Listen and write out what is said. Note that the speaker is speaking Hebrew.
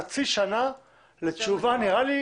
חצי שנה לתשובה, נראה לי